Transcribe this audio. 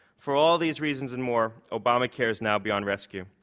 for all these reasons and more, obamacare is now beyond rescue.